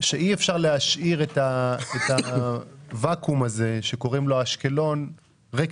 שאי אפשר להשאיר את הוואקום של אשקלון ריק